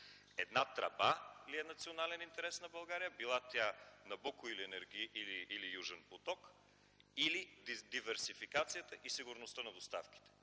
Една тръба ли е национален интерес на България, била тя „Набуко” или „Южен поток”, или диверсификацията и сигурността на доставките?